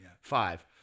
five